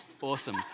Awesome